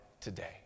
today